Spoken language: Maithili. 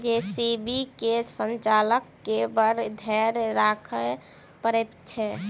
जे.सी.बी के संचालक के बड़ धैर्य राखय पड़ैत छै